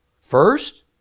first